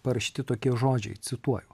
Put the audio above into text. parašyti tokie žodžiai cituoju